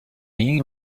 you